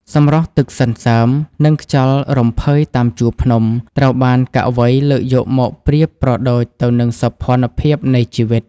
សម្រស់ទឹកសន្សើម និងខ្យល់រំភើយតាមជួរភ្នំ ត្រូវបានកវីលើកយកមកប្រៀបប្រដូចទៅនឹងសោភ័ណភាពនៃជីវិត។